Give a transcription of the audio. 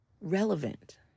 relevant